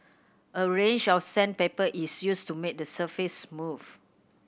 a range of sandpaper is used to make the surface smooth